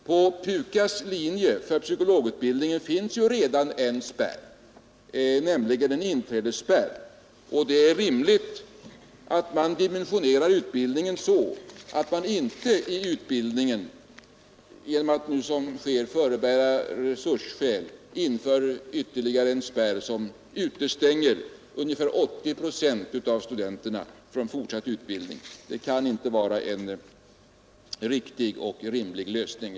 På PUKAS:s linje för psykologutbildningen finns ju redan en spärr, nämligen en inträdesspärr, och det är rimligt att man dimensionerar utbildningen så, att man inte i utbildningen genom att som nu sker förebära resursskäl inför ytterligare en spärr som utestänger ungefär 80 procent av studenterna från fortsatt utbildning. Det kan inte vara en riktig och rimlig lösning.